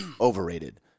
Overrated